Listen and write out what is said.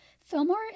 Fillmore